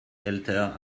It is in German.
älter